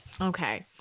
Okay